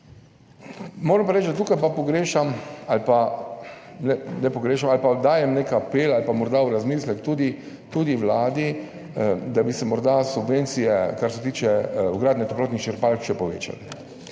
Moram pa reči, da tukaj pogrešam oziroma dajem nek apel ali pa morda v razmislek tudi Vladi, da bi se morda subvencije, kar se tiče vgradnje toplotnih črpalk, še povečale.